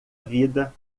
vida